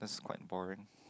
that's quite boring